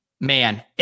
Man